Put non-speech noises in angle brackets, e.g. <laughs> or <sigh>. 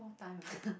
no time lah <laughs>